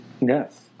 Yes